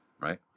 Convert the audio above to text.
right